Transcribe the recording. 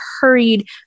hurried